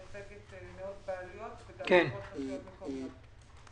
מייצגת מאות בעלויות וגם עשרות רשויות מקומיות.